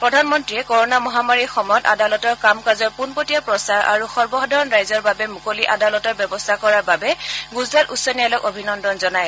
প্ৰধানমন্ত্ৰীয়ে ক'ৰ'না মহামাৰীৰ সময়ত আদালতৰ কাম কাজৰ পোনপটীয়া প্ৰচাৰ আৰু সৰ্বসাধাৰণ ৰাইজৰ বাবে মুকলি আদালতৰ ব্যৱস্থা কৰাৰ বাবে গুজৰাট উচ্চ ন্যায়ালয়ক অভিনন্দন জনায়